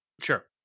Sure